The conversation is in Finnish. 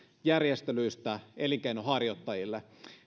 järjestelyistä elinkeinonharjoittajille